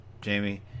Jamie